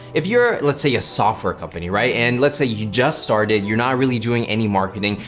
if you're, let's say a software company, right? and let's say you just started, you're not really doing any marketing.